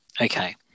Okay